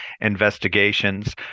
investigations